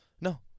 No